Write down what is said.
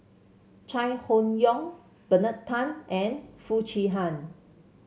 Chai Hon Yoong Bernard Tan and Foo Chee Han